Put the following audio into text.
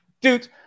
dude